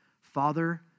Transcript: Father